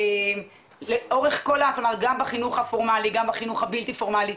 גם בחינוך הפורמלי וגם ובחינוך הבלתי פורמלי,